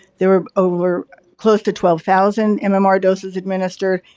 there are over close to twelve thousand um ah mmr doses administered,